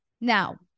Now